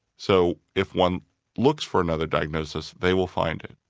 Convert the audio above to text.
so if one looks for another diagnosis, they will find it.